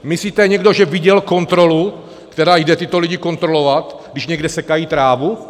Myslíte, že někdo viděl kontrolu, která jde tyto lidi kontrolovat, když někde sekají trávu?